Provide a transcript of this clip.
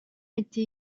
était